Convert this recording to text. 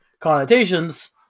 connotations